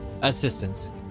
assistance